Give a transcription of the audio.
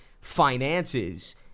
finances